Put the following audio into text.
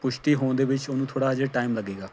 ਪੁਸ਼ਟੀ ਹੋਣ ਦੇ ਵਿੱਚ ਉਹਨੂੰ ਥੋੜ੍ਹਾ ਅਜੇ ਟਾਈਮ ਲੱਗੇਗਾ